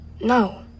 No